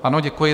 Ano, děkuji.